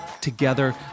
Together